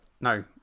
No